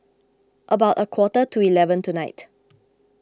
about a quarter to eleven tonight